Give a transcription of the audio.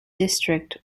district